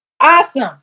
Awesome